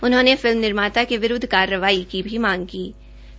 उन्होंने फिल्म निर्माता के विरूद्व कार्रवाई की भी मांग उठाई